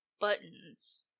Buttons